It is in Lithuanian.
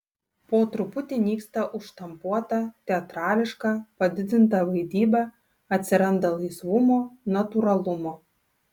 po truputį nyksta užštampuota teatrališka padidinta vaidyba atsiranda laisvumo natūralumo